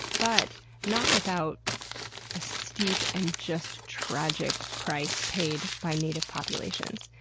but not without a steep and just tragic price paid by native populations.